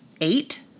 eight